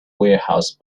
warehouse